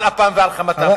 על אפם ועל חמתם.